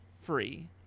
free